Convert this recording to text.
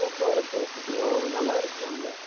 போக்குவரத்து வசதியும் நல்லா இருக்குது அங்கே